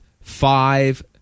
five